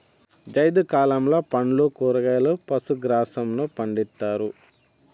జైద్ కాలంలో పండ్లు, కూరగాయలు, పశు గ్రాసంను పండిత్తారు